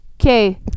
Okay